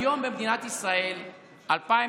היום, במדינת ישראל 2023,